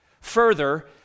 Further